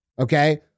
Okay